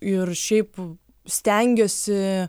ir šiaip stengiuosi